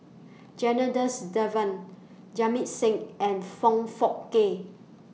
Janadas Devan Jamit Singh and Foong Fook Kay